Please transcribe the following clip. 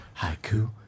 Haiku